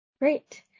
great